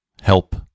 Help